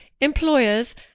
employers